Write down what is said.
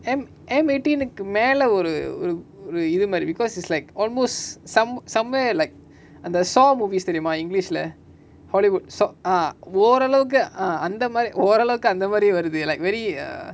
M M eighteen கு மேல ஒரு ஒரு ஒரு இதுமாரி:ku mela oru oru oru ithumari because is like almost some somewhere like அந்த:antha saw movies தெரியுமா:theriyuma english lah hollywood so ah ஓரளவுக்கு:oralavuku ah அந்தமாரி ஓரளவுக்கு அந்தமாரி வருது:anthamari oralavuku anthamari varuthu like very err